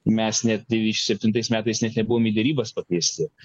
mes net devyniasdešimt septintais metais net nebuvom į derybas pakviesti